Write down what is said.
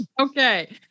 Okay